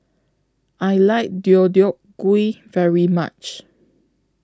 I like Deodeok Gui very much